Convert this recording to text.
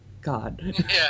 God